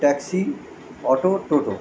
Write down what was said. taxi auto toto